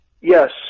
Yes